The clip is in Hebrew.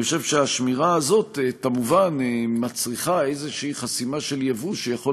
אני חושב שהשמירה הזאת כמובן מצריכה איזו חסימה של יבוא שיכול